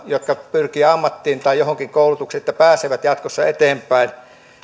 jotka pyrkivät ammattiin tai johonkin koulutukseen että pääsevät jatkossa eteenpäin